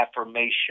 affirmation